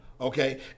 Okay